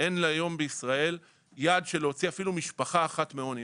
אין היום בישראל יעד של להוציא אפילו משפחה אחת מעוני.